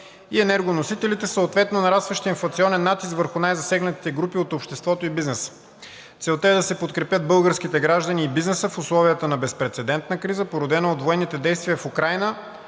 и енергоносителите, съответно нарастващия инфлационен натиск върху най-засегнатите групи от обществото и бизнеса. Целта е да се подкрепят българските граждани и бизнеса в условията на безпрецедентна криза, породена от военните действия в Украйна,